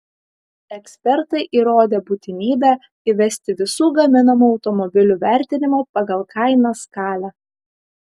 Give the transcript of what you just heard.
ekspertai įrodė būtinybę įvesti visų gaminamų automobilių vertinimo pagal kainą skalę